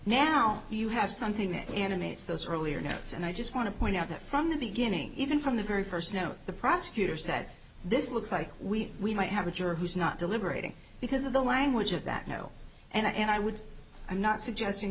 now you have something that animates those earlier notes and i just want to point out that from the beginning even from the very first note the prosecutor said this looks like we might have a juror who's not deliberating because of the language of that you know and i would i'm not suggesting